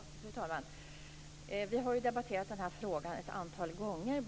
Fru talman! Bo Könberg och jag har ju debatterat den här frågan ett antal gånger.